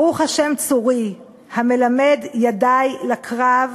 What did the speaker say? "ברוך ה' צורי, המלמד ידי לקרב,